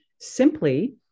simply